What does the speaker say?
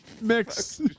mix